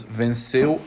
venceu